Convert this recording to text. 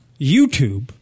YouTube